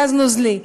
גז נוזלי.